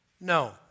No